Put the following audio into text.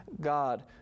God